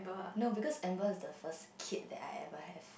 no because Amber is the first kid that I ever have